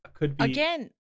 Again